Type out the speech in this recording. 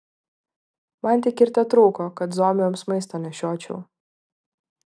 man tik ir tetrūko kad zombiams maistą nešiočiau